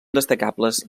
destacables